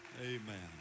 Amen